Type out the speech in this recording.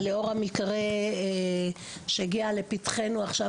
אבל לאור המקרה שהגיע לפתחנו עכשיו,